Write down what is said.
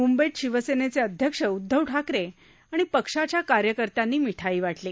मुंबईत शिवसेनेचे अध्यक्ष उद्धव ठाकरे आणि पक्षाच्या कार्यकर्त्यांनी मिठाई वाटली